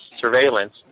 surveillance